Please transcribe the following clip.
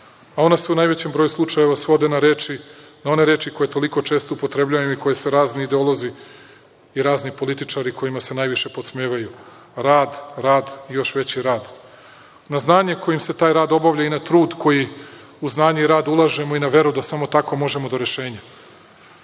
Ona su u najvećem broju slučajeva svode na reči, na one reči koje toliko često upotrebljavam i koji su razni ideolozi i razni političari kojima se najviše podsmevaju, rad, rad i još veći rad. Na znanje kojim se taj rad obavlja i na trud koji u znanje i rad ulažemo i na veru da samo tako možemo do rešenja.